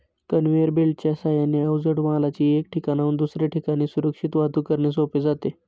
conveyor बेल्टच्या साहाय्याने अवजड मालाची एका ठिकाणाहून दुसऱ्या ठिकाणी सुरक्षित वाहतूक करणे सोपे जाते